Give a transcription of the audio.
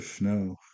no